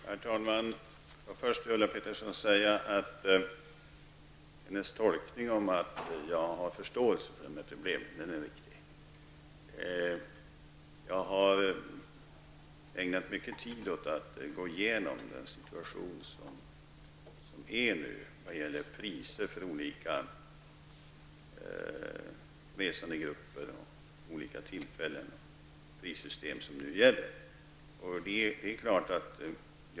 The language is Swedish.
Herr talman! Först vill jag till Ulla Pettersson säga att hennes tolkning att jag har förståelse för dessa problem är riktig. Jag har ägnat mycken tid åt att gå igenom den situation som nu råder vad gäller priser för olika resandegrupper och olika typer av prissystem som är i kraft.